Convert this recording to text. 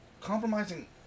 compromising